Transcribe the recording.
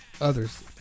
others